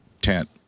tent